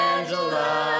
Angela